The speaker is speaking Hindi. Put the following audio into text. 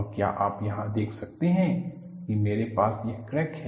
और क्या आप यहां देख सकते हैं मेरे पास यह क्रैक है